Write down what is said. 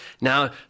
now